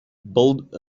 build